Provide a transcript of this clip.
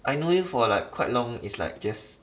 I know you for like quite long is like just